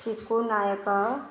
Chiku Nayak